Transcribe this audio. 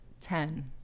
Ten